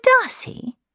Darcy